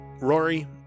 Rory